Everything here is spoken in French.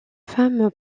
femme